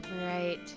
Right